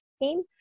team